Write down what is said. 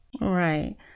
Right